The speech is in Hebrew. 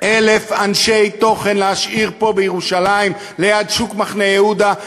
1,000 אנשי תוכן להשאיר פה בירושלים ליד שוק מחנה-יהודה,